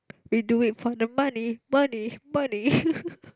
we do it for the money money money